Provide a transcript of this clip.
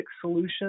solution